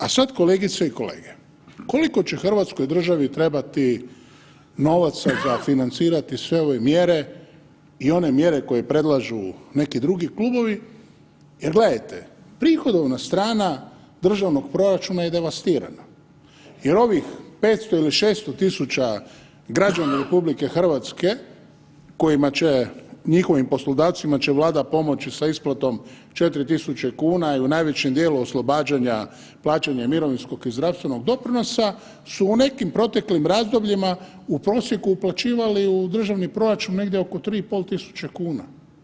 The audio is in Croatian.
A sad kolegice i kolege, koliko će Hrvatskoj državi trebati novaca za financirati sve ove mjere i one mjere koje predlažu neki drugi klubovi, jer gledajte prihodovna strana državnog proračuna je devastirana, jer ovih 500 ili 600 tisuća građana RH kojima će, njihovim poslodavcima će Vlada pomoći sa isplatom 4.000 kuna i u najvećem dijelu oslobađanja plaćanja mirovinskog i zdravstvenog doprinosa su u nekim proteklim razdobljima u prosjeku uplaćivali u državni proračun negdje oko 3.500 kuna.